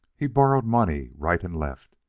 he borrowed money right and left,